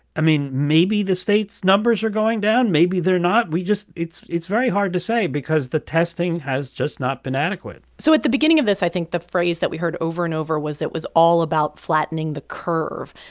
i mean, maybe the state's numbers are going down, maybe they're not. we just it's it's very hard to say because the testing has just not been adequate so at the beginning of this, i think the phrase that we heard over and over was that it was all about flattening the curve.